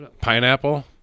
pineapple